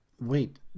wait